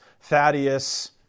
Thaddeus